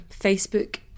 Facebook